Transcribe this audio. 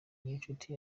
niyonshuti